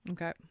Okay